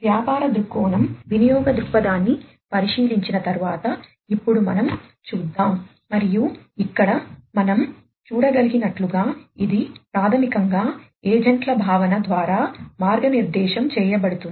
వ్యాపార దృక్కోణం వినియోగ దృక్పథాన్ని పరిశీలించిన తర్వాత ఇప్పుడు మనం చూద్దాం మరియు ఇక్కడ మనం చూడగలిగినట్లుగా ఇది ప్రాథమికంగా ఏజెంట్ల భావన ద్వారా మార్గనిర్దేశం చేయబడుతుంది